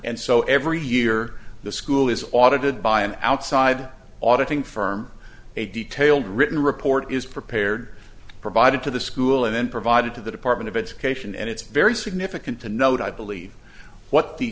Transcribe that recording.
and so every year the school is audited by an outside auditing firm a detailed written report is prepared provided to the school and then provided to the department of education and it's very significant to note i believe what the